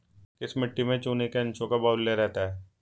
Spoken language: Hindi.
किस मिट्टी में चूने के अंशों का बाहुल्य रहता है?